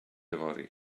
fory